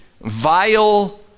vile